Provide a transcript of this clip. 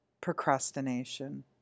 procrastination